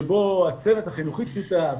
שבו הצוות החינוכי שותף,